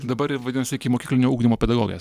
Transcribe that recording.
dabar ir vadinasi ikimokyklinio ugdymo pedagogės